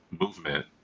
movement